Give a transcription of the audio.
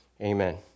Amen